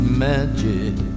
magic